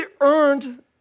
earned